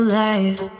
life